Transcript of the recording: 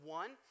one